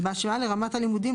בהשוואה לרמת הלימודים,